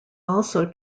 also